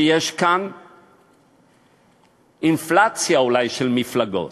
שיש כאן אינפלציה, אולי, של מפלגות,